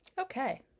Okay